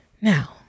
Now